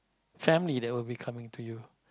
family that will be coming to you